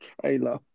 trailer